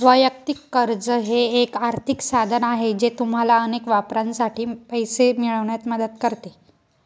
वैयक्तिक कर्ज हे एक आर्थिक साधन आहे जे तुम्हाला अनेक वापरांसाठी पैसे मिळवण्यात मदत करते